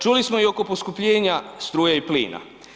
Čuli smo i oko poskupljenja struje i plina.